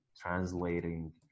translating